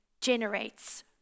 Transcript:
generates